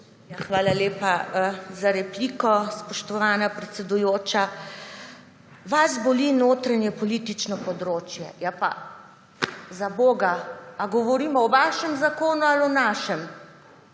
Hvala lepa, za repliko, spoštovana predsedujoča. Vas boli notranjepolitično področje. Ja, za boga, ali govorimo o vašem zakonu ali našem?